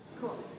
Cool